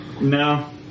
No